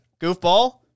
goofball